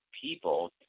people